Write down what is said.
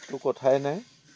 তো কথাই নাই